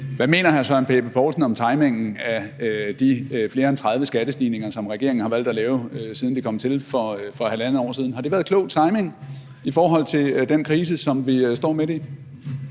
Hvad mener hr. Søren Pape Poulsen om timingen af de flere end 30 skattestigninger, som regeringen har valgt at lave, siden den kom til for halvandet år siden? Har det været klog timing i forhold til den krise, som vi står midt i?